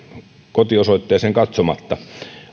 kotiosoitteeseen katsomatta